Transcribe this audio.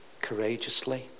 courageously